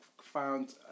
found